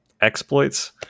Exploits